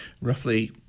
roughly